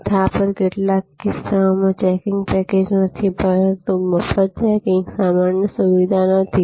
ભથ્થા પર કેટલાક કિસ્સાઓમાં ચેકિંગ પેકેજ નથી મફત ચેકિંગ સામાનની સુવિધા નથી